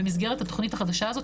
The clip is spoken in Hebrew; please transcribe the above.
במסגרת התכנית החדשה הזו,